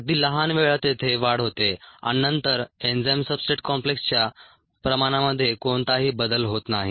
अगदी लहान वेळा तेथे वाढ होते आणि नंतर एन्झाईम सब्सट्रेट कॉम्प्लेक्सच्या प्रमाणामध्ये कोणताही बदल होत नाही